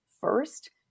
first